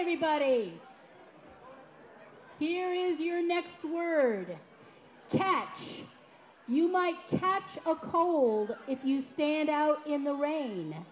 everybody here is your next word catch you might catch a cold if you stand out in the rain